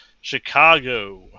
Chicago